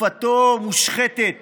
גופתו מושחתת